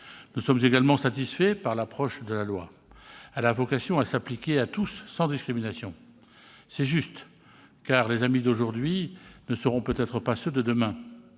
Nous sommes également satisfaits par l'approche de ce texte, qui a vocation à s'appliquer à tous sans discrimination. C'est juste, car les amis d'aujourd'hui ne seront peut-être pas ceux de demain.